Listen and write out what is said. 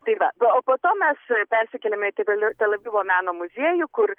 tai va o po to mes persikėliame į tele tel avivo meno muziejų kur